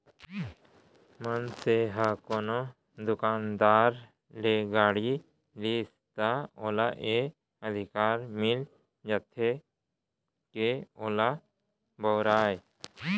मनसे ह कोनो दुकानदार ले गाड़ी लिस त ओला ए अधिकार मिल जाथे के ओला बउरय